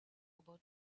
about